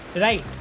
right